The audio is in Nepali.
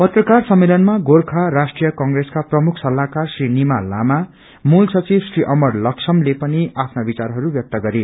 पत्रकार सम्मेलनमा गोर्खा राष्ट्रीय क्रिसका प्रमुख सल्लाहकार श्री निमा लामा मूल सचिव श्री अमर लक्षमले पनि आफ्ना विचारहरू ब्यक्त गरे